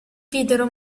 videro